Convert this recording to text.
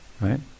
right